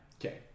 Okay